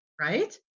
right